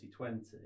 2020